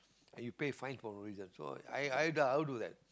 and you pay fine for no reason so I I do I'll do that